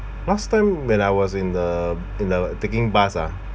last time when I was in the when I was taking bus ah